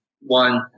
one